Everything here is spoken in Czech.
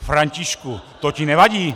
Františku, to ti nevadí?